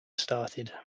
started